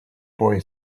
boy